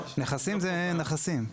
נכסים זה נכסים.